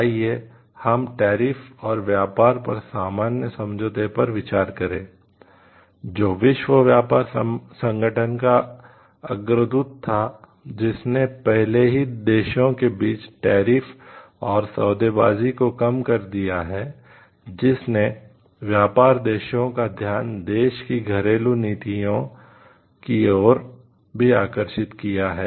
आइए हम टैरिफ और व्यापार पर सामान्य समझौते पर विचार करें जो विश्व व्यापार संगठन का अग्रदूत था जिसने पहले ही देशों के बीच टैरिफ और सौदेबाजी को कम कर दिया है जिसने व्यापार देशों का ध्यान देश की घरेलू नीतियों की ओर भी आकर्षित किया है